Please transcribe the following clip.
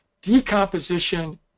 Decomposition